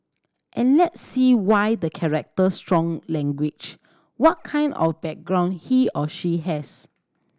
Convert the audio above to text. and let's see why the character strong language what kind of background he or she has